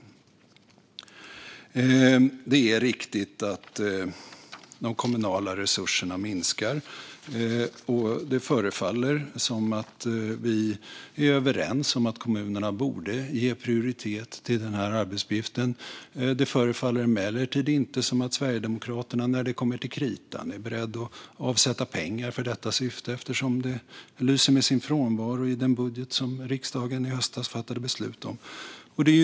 Det är riktigt att de kommunala resurserna minskar. Det förefaller som att vi är överens om att kommunerna borde ge prioritet till den här arbetsuppgiften. Det förefaller emellertid inte som att Sverigedemokraterna när det kommer till kritan är beredda att avsätta pengar till detta syfte, eftersom de lyser med sin frånvaro i den budget som riksdagen i höstas fattade beslut om.